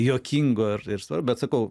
juokingo ir ir bet sakau